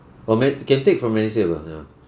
or me~ can take from medisave or not that one